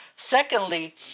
Secondly